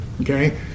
Okay